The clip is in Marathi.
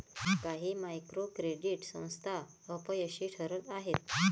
काही मायक्रो क्रेडिट संस्था अपयशी ठरत आहेत